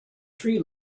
tree